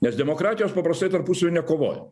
nes demokratijos paprastai tarpusavy nekovoja